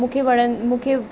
मूंखे वणनि मूंखे वणनि मूंखे